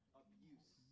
abuse